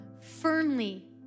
firmly